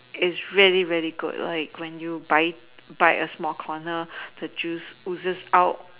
is really really good when you bite bite a small corner the juice ooze out